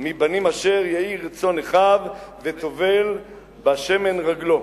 מבנים אשר יהי רצוי אחיו וטבל בשמן רגלו".